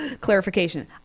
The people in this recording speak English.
Clarification